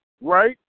right